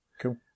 Cool